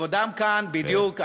כבודם כאן, בדיוק.